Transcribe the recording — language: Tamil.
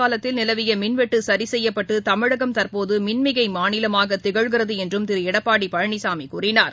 காலத்தில் நிலவியமின்வெட்டுசரிசெய்யப்பட்டுதமிழகம் திமுகஆட்சிக் தற்போதுமின்மிகைமாநிலமாகதிகழ்கிறதுஎன்றும் திருஎடப்பாடிபழனிசாமிகூறினார்